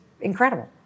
incredible